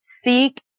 Seek